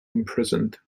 imprisoned